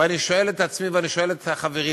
ואני שואל את עצמי ואני שואל את החברים: